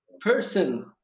person